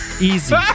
easy